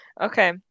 Okay